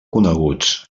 coneguts